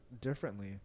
differently